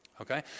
Okay